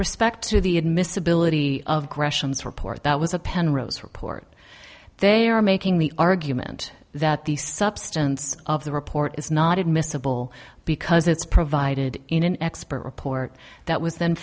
respect to the admissibility of gresham's report that was a penrose report they are making the argument that the substance of the report is not admissible because it's provided in an expert report that was then